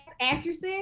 actresses